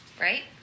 right